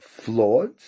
flawed